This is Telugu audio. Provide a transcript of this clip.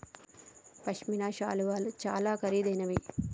పశ్మిన శాలువాలు చాలా ఖరీదైనవి